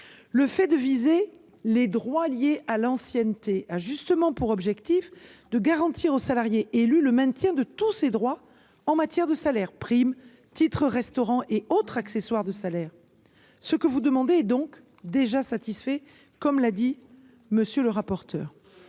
Le fait de viser les droits liés à l’ancienneté a justement pour objectif de garantir au salarié élu le maintien de tous ses droits en matière de salaire : primes, titres restaurant et autres accessoires de salaire. Vos demandes sont donc déjà satisfaites, mesdames, messieurs